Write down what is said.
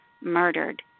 murdered